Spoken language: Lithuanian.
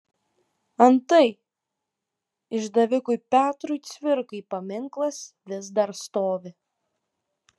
antai išdavikui petrui cvirkai paminklas vis dar stovi